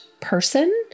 person